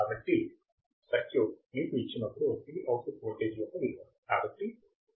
కాబట్టి సర్క్యూట్ మీకు ఇచ్చినప్పుడు ఇది అవుట్పుట్ వోల్టేజ్ యొక్క విలువ